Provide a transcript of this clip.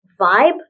vibe